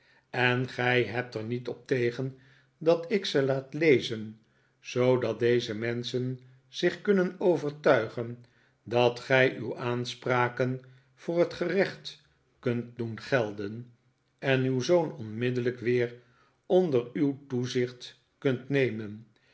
en gij hebt er niet op tegen dat ik ze laat lezen zoodat deze menschen zich kunnen overtuigen dat gij uw aanspraken voor het gerecht kunt doen gelden en uw zoon onmiddellijk weer onder uw toezicht kunt nemen